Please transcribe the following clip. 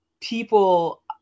people